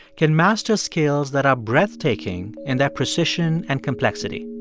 can master skills that are breathtaking in their precision and complexity.